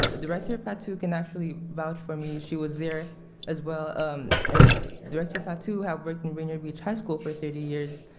ah director patu can actually vouch for me, she was there as well um and director patu has worked in rainier beach high school for thirty years,